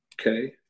okay